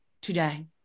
today